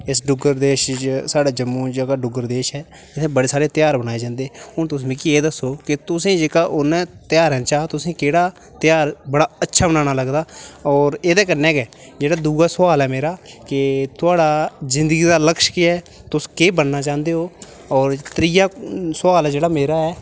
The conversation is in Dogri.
इस डुग्गर देश च साढ़े जम्मू जगह् डुग्गर देश ऐ इत्थें बड़े सारे ध्यार बनाए जंदे हून तुस मिगी एह् दस्सो कि तुसें जेह्का इ'नें ध्यारें चा तुसें ई केह्ड़ा ध्यार बड़ा मनाना अच्छा लगदा और एह्दे कन्नै गै जेह्ड़ा दूआ सोआल ऐ मेरा कि थोह्ड़ा जिंदगी दा लक्ष्य केह् ऐ तुस केह् बनना चाह्ंदे ओ ते त्रीया सोआल जेह्ड़ा मेरा ऐ